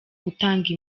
gutanga